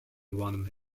one